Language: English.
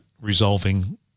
resolving